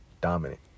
dominant